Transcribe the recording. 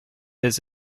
his